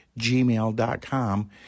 gmail.com